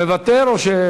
מוותר, או,